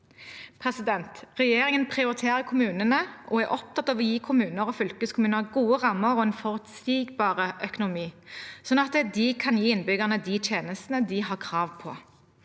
nær folk. Regjeringen prioriterer kommunene og er opptatt av å gi kommuner og fylkeskommuner gode rammer og en forutsigbar økonomi, sånn at de kan gi innbyggerne de tjenestene de har krav på.